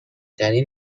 ترین